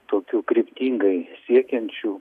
tokių kryptingai siekiančių